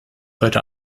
heute